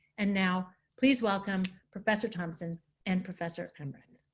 and now, please welcome professor thompson and professor amrith.